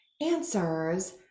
answers